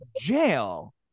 jail